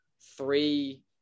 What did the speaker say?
three